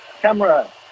camera